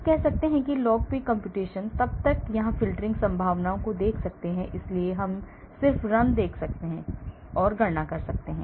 हम कह सकते हैं कि log P computation तब हम यहां फ़िल्टरिंग संभावनाओं को देख सकते हैं इसलिए हम सिर्फ run देख सकते हैं इसलिए यह गणना करता है